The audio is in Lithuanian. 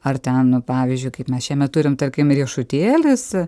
ar ten pavyzdžiui kaip mes šiemet turim tarkim riešutėlis